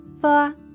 four